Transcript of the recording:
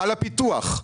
על הפיתוח.